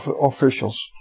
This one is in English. officials